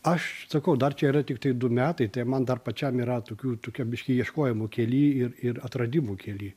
aš sakau dar čia yra tiktai du metai tai man dar pačiam yra tokių tokia biškį ieškojimų kely ir ir atradimų kely